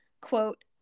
quote